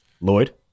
Lloyd